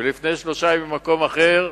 ולפני שלושה ימים מקום אחר,